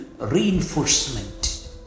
reinforcement